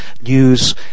news